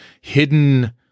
hidden